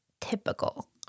typical